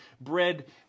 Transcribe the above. bread